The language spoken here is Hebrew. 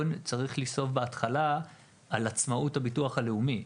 הדיון צריך להיסוב בהתחלה על עצמאות הביטוח הלאומי.